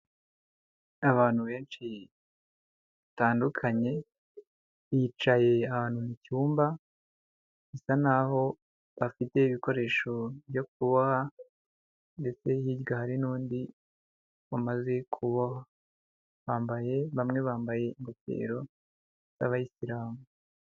Abantu benshi batandukanye bicaye ahantu mu cyumba, bisa naho bafite ibikoresho byo kuha ndetse hirya hari n'undi wamaze kuboha, bambaye bamwe bambaye ingofero z'abayisiramu.